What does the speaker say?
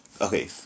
Okay